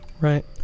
right